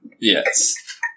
Yes